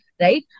right